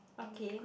okay